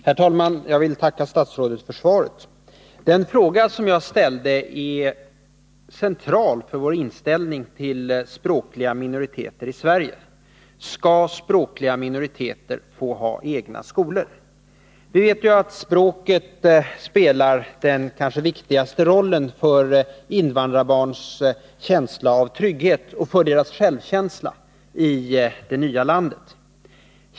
Herr talman! Jag vill tacka statsrådet för svaret. Den fråga jag har ställt är central för vår inställning till språkliga minoriteter i Sverige: Skall språkliga minoriteter få ha egna skolor? Vi vet ju att språket spelar den kanske viktigaste rollen för invandrarbarnens trygghet och för deras självkänsla i det nya landet.